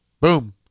Boom